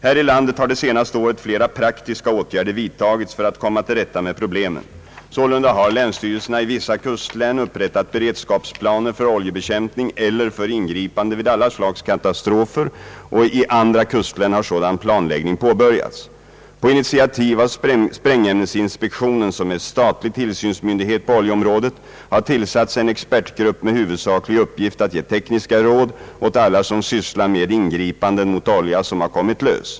Här i landet har det senaste året flera praktiska åtgärder vidtagits för att komma till rätta med problemen. Sålunda har länsstyrelserna i vissa kustlän upprättat beredskapsplaner för oljebekämpning eller för ingripande vid alla slags katastrofer och i andra kustlän har sådan planläggning påbörjats. På initiativ av sprängämnesinspektionen, som är statlig tillsynsmyndighet på oljeområdet, har tillsatts en expertgrupp med huvudsaklig uppgift att ge tekniska råd åt alla som sysslar med ingripanden mot olja som har kommit lös.